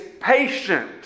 patient